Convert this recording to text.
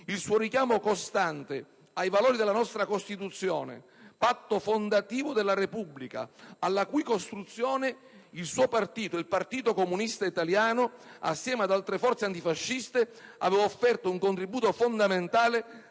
il suo richiamo costante ai valori della nostra Costituzione, patto fondativo della Repubblica, alla cui costruzione, il suo partito, il PCI, assieme ad altre forze antifasciste, aveva offerto un contributo fondamentale